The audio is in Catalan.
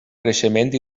creixement